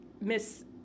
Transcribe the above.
miss